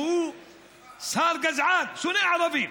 שהוא שר גזען, שונא ערבים.